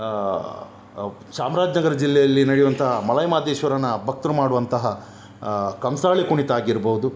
ಚಾಮ್ರಾಜನಗರ ಜಿಲ್ಲೆಯಲ್ಲಿ ನಡೆಯುವಂಥ ಮಲೆ ಮಹದೇಶ್ವರನ ಭಕ್ತರು ಮಾಡುವಂತಹ ಕಂಸಾಳೆ ಕುಣಿತ ಆಗಿರ್ಬೋದು